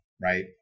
right